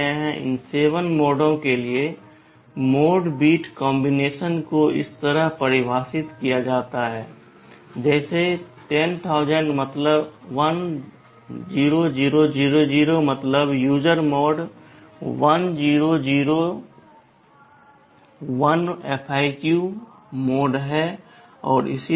इन 7 मोडों के लिए मोड बिट कॉम्बिनेशन को इस तरह परिभाषित किया जाता है जैसे 10000 मतलब यूजर मोड 10001 FIQ मोड है और इसी तरह